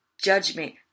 judgment